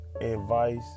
advice